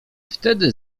wtedy